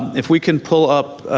if we can pull up